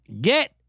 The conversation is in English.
get